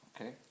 Okay